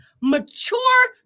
mature